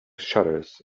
shutters